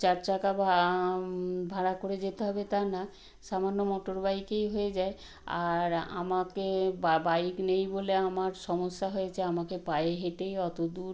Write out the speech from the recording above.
চার চাকা বা ভাড়া করে যেতে হবে তা না সামান্য মোটর বাইকেই হয়ে যায় আর আমাকে বাইক নেই বলে আমার সমস্যা হয়েছে আমাকে পায়ে হেঁটেই অতো দূর